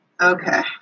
Okay